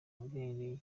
bweyeye